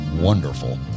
wonderful